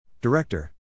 Director